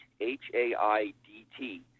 H-A-I-D-T